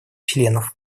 членов